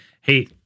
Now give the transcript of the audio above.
Hey